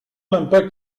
l’impact